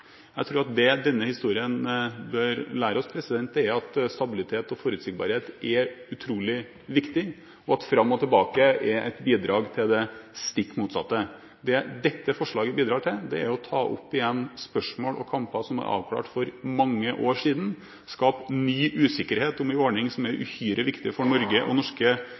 Jeg tror at det denne historien bør lære oss, er at stabilitet og forutsigbarhet er utrolig viktig, og at fram og tilbake er bidrag til det stikk motsatte. Det dette forslaget bidrar til, er å ta opp igjen spørsmål og kamper som er avklart for mange år siden, og skape ny usikkerhet om en ordning som er uhyre viktig for Norge og norske